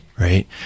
right